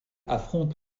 affronte